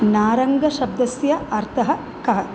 नारङ्गशब्दस्य अर्थः कः